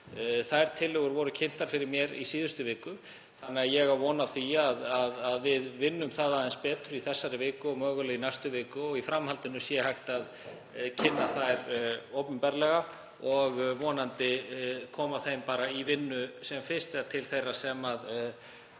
Þær tillögur voru kynntar fyrir mér í síðustu viku þannig að ég á von á því að við vinnum þær aðeins betur í þessari viku og mögulega í þeirri næstu, og í framhaldinu verði hægt að kynna þær opinberlega og vonandi koma þeim til þeirra sem